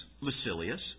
Lucilius